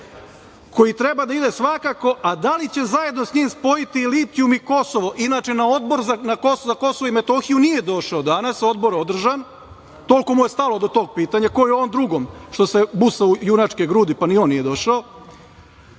„koji treba da ide svakako, a da li će zajedno sa njim spojiti litijum i Kosovo“, a inače na Odbor za Kosovo i Metohiju nije došao danas, odbor održan, toliko mu je stalo do tog pitanja, kao i ovom drugom što se busa u junačke grudi, pa ni on nije došao,